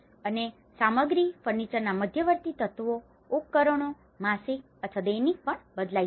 અને સામગ્રી ફર્નિચરના મધ્યવર્તી તત્વો ઉપકરણો માસિક અથવા દૈનિક પણ બદલાઇ શકે છે